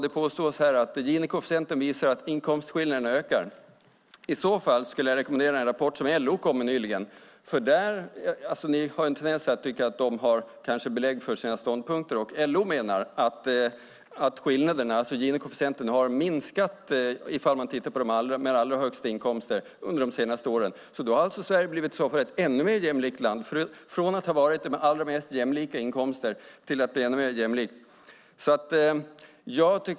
Det påstås här att Gini-koefficienten visar att inkomstskillnaderna ökar. I så fall skulle jag rekommendera en rapport som LO kom med nyligen. Ni har en tendens att tycka att LO har belägg för sina ståndpunkter. LO menar att Gini-koefficienten visar att skillnaderna har minskat när det gäller de allra högsta inkomsterna under de senaste åren. I så fall har Sverige blivit ett ännu mer jämlikt land, från att ha haft de mest jämlika inkomster till att bli ännu mer jämlikt.